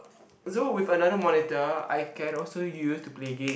so with another monitor I can also use to play game